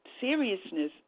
seriousness